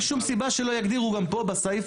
אין שום סיבה שלא יגדירו גם פה בסעיף